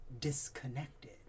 disconnected